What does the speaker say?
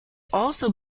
also